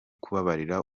kubabarira